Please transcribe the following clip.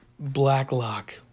Blacklock